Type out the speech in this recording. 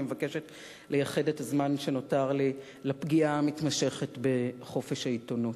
אני מבקשת לייחד את הזמן שנותר לי לפגיעה המתמשכת בחופש העיתונות.